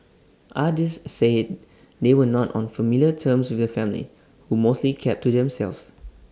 others said they were not on familiar terms with family who mostly kept to themselves